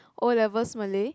O-levels Malay